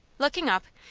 looking up,